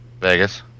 Vegas